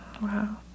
wow